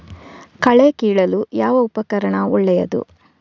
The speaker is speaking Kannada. ಕಳೆ ಕೀಳಲು ಯಾವ ಉಪಕರಣ ಒಳ್ಳೆಯದು?